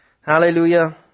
Hallelujah